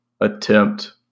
attempt